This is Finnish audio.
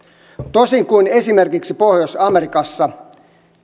tosin kuin esimerkiksi pohjois amerikassa